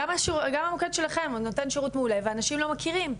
גם המוקד שלכם הוא נותן שירות מעולה ואנשים לא מכירים,